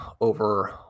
over